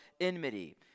enmity